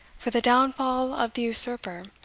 for the downfall of the usurper,